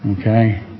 Okay